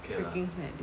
freaking smelly